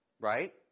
Right